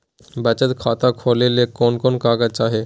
बचत खाता खोले ले कोन कोन कागज चाही?